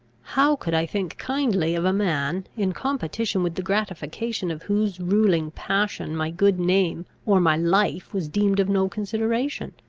how could i think kindly of a man, in competition with the gratification of whose ruling passion my good name or my life was deemed of no consideration?